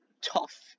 tough